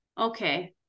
Okay